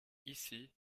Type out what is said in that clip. ici